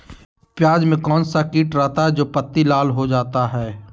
प्याज में कौन सा किट रहता है? जो पत्ती लाल हो जाता हैं